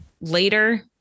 later